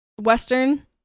Western